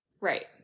Right